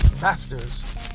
Masters